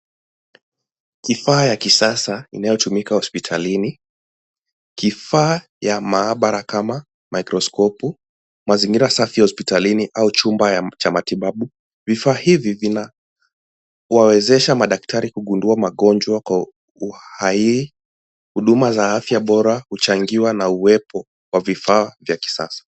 Kifaa ya kisasa inayotumika hospitalini. Kifaa ya maabara kama microscope , mazingira safi ya hospitalini au chumba ya, cha matibabu. Vifaa hivi vinawawezesha madaktari kugundua magonjwa kwa uhai. Huduma za afya bora huchangiwa na uwepo wa vifaa vya kisasa.